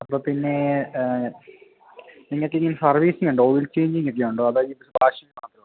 അപ്പോൾ പിന്നേ നിങ്ങൾക്കിനി സർവീസിംഗുണ്ടോ ഓയിൽ ചേഞ്ചിംഗൊക്കെയുണ്ടോ അതോ ഈ വാഷിംഗ് മാത്രേ